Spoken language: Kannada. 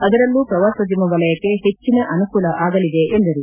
ಅದರಲ್ಲೂ ಪ್ರವಾಸೋದ್ಯಮ ವಲಯಕ್ಕೆ ಹೆಚ್ಚಿನ ಅನುಕೂಲ ಆಗಅದೆ ಎಂದರು